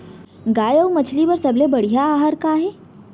गाय अऊ मछली बर सबले बढ़िया आहार का हे?